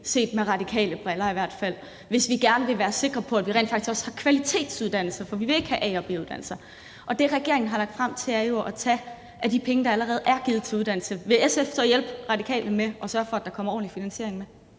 set gennem radikale briller, hvis vi gerne vil være sikre på, at vi rent faktisk også har kvalitetsuddannelser. For vi vil ikke have A– og B-uddannelser. Det, regeringen har lagt frem, er jo at tage af de penge, der allerede er givet til uddannelse. Vil SF så hjælpe Radikale med at sørge for, at der kommer ordentlig finansiering med?